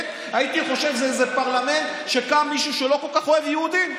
הייתי חושב שזה איזה פרלמנט שקם בו מישהו שלא כל כך אוהב יהודים.